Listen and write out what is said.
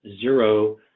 zero